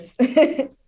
Yes